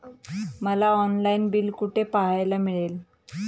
मला online bill कुठे पाहायला मिळेल?